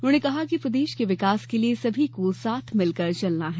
उन्होंने कहा कि प्रदेश के विकास के लिए सभी को साथ मिलकर चलना है